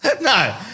No